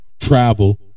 travel